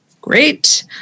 great